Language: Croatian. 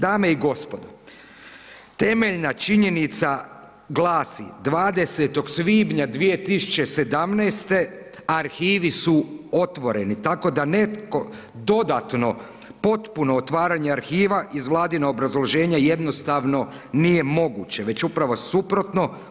Dame i gospodo, temeljna činjenica glasi 20. svibnja 2017. arhivi su otvoreni, tako da netko dodatno potpuno otvaranje arhiva iz Vladina obrazloženja jednostavno nije moguće, već upravo suprotno.